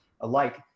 alike